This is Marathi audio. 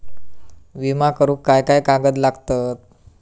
विमा करुक काय काय कागद लागतत?